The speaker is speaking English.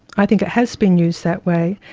i think it has been used that way,